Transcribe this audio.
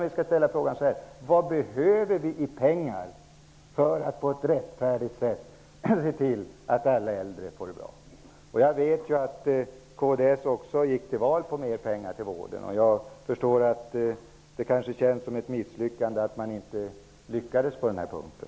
Vi skall ställa frågan så här i stället: Vad behöver vi i pengar för att på ett rättfärdigt sätt se till att alla äldre får det bra? Jag vet ju att kds gick till val på mer pengar till vården. Jag förstår att det kanske känns som ett misslyckande att man inte lyckades på den punkten.